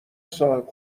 صاحب